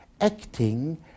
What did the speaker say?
acting